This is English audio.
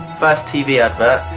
first tv advert,